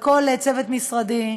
לכל צוות משרדי,